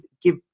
give